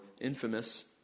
infamous